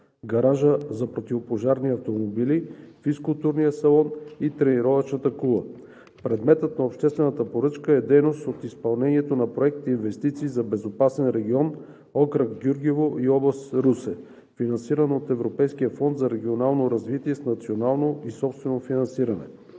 гаража за противопожарни автомобили, физкултурния салон и тренировъчната кула. Предметът на обществената поръчка е дейност от изпълнението на проект „Инвестиции за безопасен регион“ – окръг Гюргево и област Русе, финансиран от Европейския фонд за регионално развитие с национално и собствено финансиране.